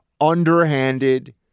underhanded